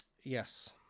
Yes